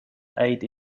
aid